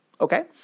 Okay